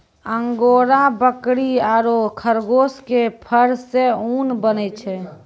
angora बकरी आरो खरगोश के फर सॅ ऊन बनै छै